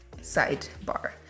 sidebar